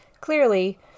clearly